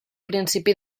principi